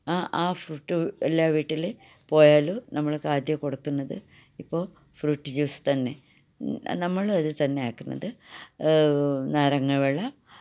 ആ ഫ്രൂട്ട് എല്ലാ വീട്ടില് പോയാല് നമ്മൾക്ക് ആദ്യം കൊടുക്കുന്നത് ഇപ്പോൾ ഫ്രൂട്ട് ജ്യൂസ് തന്നെ നമ്മള് അതുതന്നെ ആക്കുന്നത് നാരങ്ങ വെള്ളം